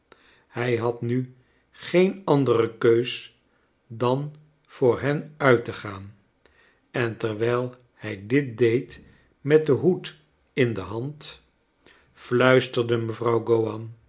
hij had nu geen andere keus dan voor hen uit te gaan en terwijl hij dit deed met den hoed in de hand fluisterde mevrouw